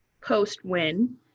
post-WIN